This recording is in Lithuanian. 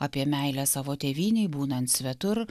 apie meilę savo tėvynei būnant svetur